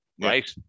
right